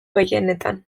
gehienetan